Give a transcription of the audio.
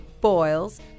boils